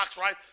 right